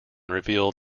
revealed